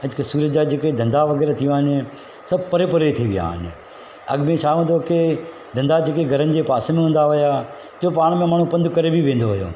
अॼुकल्ह जेके सूरत जा जेके धंधा वग़ैरह थी विया आहिनि सभु परे परे थी विया आहिनि अॻु में छा हूंदो हो की धंधा सभु घरनि जे पासे में हूंदा हुया जो पाण में माण्हू पंधु करे बि वेंदो हुयो